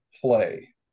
play